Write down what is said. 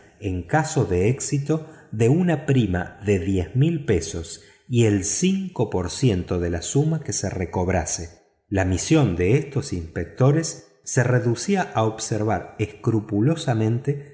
en caso de éxito de una prima de dos mil libras y el cinco por ciento de la suma que se recobrase la misión de estos inspectores se reducía a observar escrupulosamente